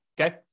okay